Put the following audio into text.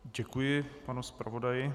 Děkuji panu zpravodaji.